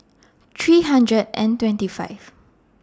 three hundred and twenty five